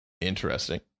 Interesting